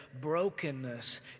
Brokenness